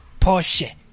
Porsche